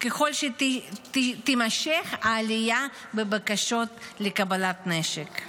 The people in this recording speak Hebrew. ככל שתימשך העלייה בבקשות לקבלת נשק.